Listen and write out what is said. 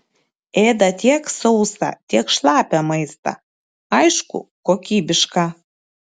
ėda tiek sausą tiek šlapią maistą aišku kokybišką